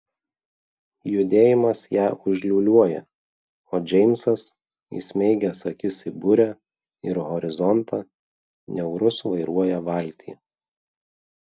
judėjimas ją užliūliuoja o džeimsas įsmeigęs akis į burę ir horizontą niaurus vairuoja valtį